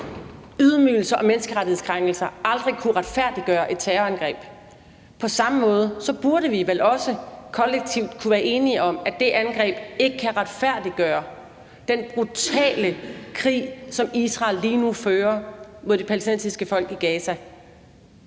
ydmygelser og menneskerettighedskrænkelser aldrig kunne retfærdiggøre terrorangrebet? På samme måde burde vi vel også kollektivt kunne være enige om, at det angreb ikke kan retfærdiggøre den brutale krig, som Israel lige nu fører mod det palæstinensiske folk i Gaza;